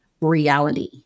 reality